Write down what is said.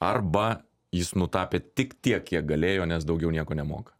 arba jis nutapė tik tiek kiek galėjo nes daugiau nieko nemoka